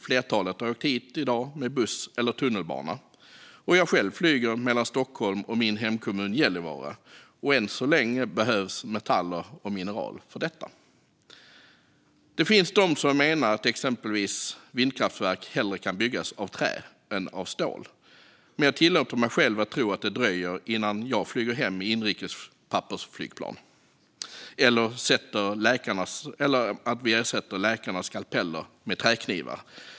Flertalet har åkt hit i dag med buss eller tunnelbana. Jag själv flyger mellan Stockholm och min hemkommun Gällivare. Än så länge behövs metaller och mineral för allt detta. Det finns de som menar att exempelvis vindkraftverk hellre kan byggas av trä än av stål, men jag tillåter mig själv att tro att det dröjer innan jag själv flyger hem i ett pappersflygplan och innan vi ersätter läkarnas skalpeller med träknivar.